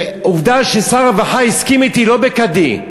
ועובדה ששר הרווחה הסכים אתי, ולא בכדי.